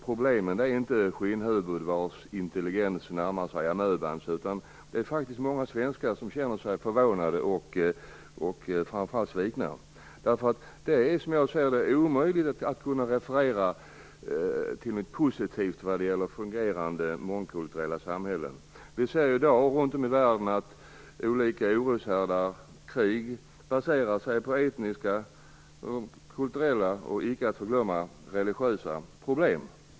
Problemen är inte skinnhuvuden vars intelligens närmar sig amöbans, utan det är många svenskar som känner sig förvånade och framför allt svikna. Det är, som jag ser det, omöjligt att referera till något positivt vad gäller fungerande mångkulturella samhällen. Vi ser i dag runt om i världen att olika oroshärdar och krig baserar sig på etniska, kulturella och icke att förglömma religiösa problem.